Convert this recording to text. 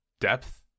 depth